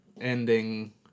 ending